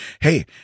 hey